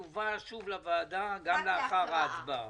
יובא שוב לוועדה גם לאחר ההצבעה.